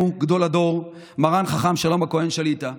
גדול הדור מרן חכם שלום הכהן שליט"א.